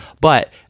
But-